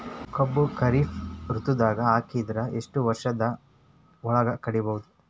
ಕಬ್ಬು ಖರೀಫ್ ಋತುದಾಗ ಹಾಕಿದರ ಎಷ್ಟ ವರ್ಷದ ಒಳಗ ಕಡಿಬಹುದು?